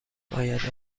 باید